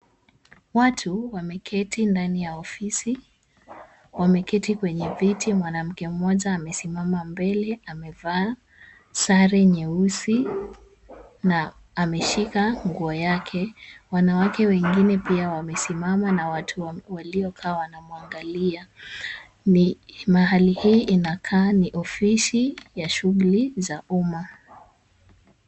Watu wameketi ndani ya ofisi. Wameketi kwenye viti. Mwanamke mmoja amesimama mbele, amevaa sare nyeusi na ameshika nguo yake. Wanawake pia wengine wamesimama na watu waliokaa wanamwangalia. Mahali hii inakaa ni ofisi ya shughuli za umma.